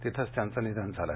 तिथेच त्यांचे निधन झाले